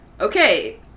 okay